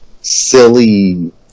silly